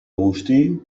agustí